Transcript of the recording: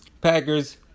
Packers